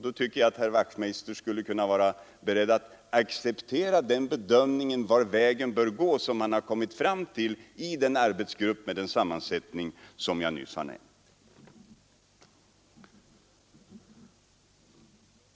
Då tycker jag att han skulle kunna vara beredd att acceptera den bedömning av var vägen bör gå som man har kommit fram till i en arbetsgrupp med den sammansättning som jag nyss har nämnt.